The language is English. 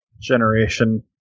generation